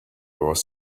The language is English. was